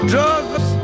Drugs